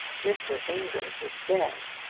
mr. amedroz is dead.